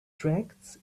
tracts